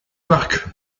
luck